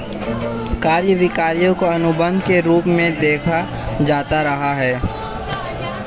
क्रय विक्रय को अनुबन्ध के रूप में देखा जाता रहा है